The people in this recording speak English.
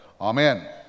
Amen